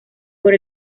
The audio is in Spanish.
por